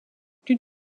plus